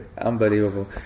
unbelievable